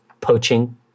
Poaching